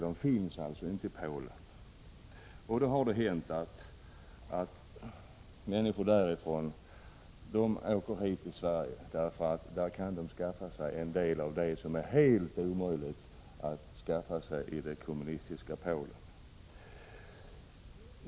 Det har hänt att människor från Polen åker hit till Sverige för att skaffa sig en del varor som det är omöjligt att få tag på i det kommunistiska Polen.